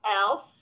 else